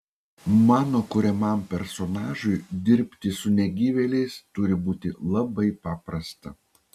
mano kuriamam personažui dirbti su negyvėliais turi būti labai paprasta